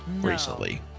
recently